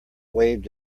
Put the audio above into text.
waved